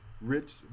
rich